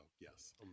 yes